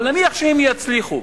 אבל נניח שהם יצליחו,